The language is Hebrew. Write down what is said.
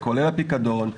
כולל פיקדון,